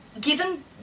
given